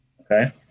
okay